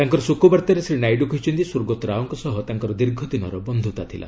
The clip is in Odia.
ତାଙ୍କର ଶୋକବାର୍ତ୍ତାରେ ଶ୍ରୀ ନାଇଡୁ କହିଛନ୍ତି ସ୍ୱଗ୍ରତଃ ରାଓଙ୍କ ସହ ତାଙ୍କର ଦୀର୍ଘଦିନର ବନ୍ଧୁତା ଥିଲା